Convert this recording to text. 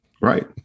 Right